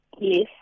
Yes